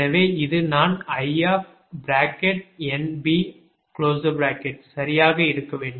எனவே இது நான் I சரியாக இருக்க வேண்டும்